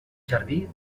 jardí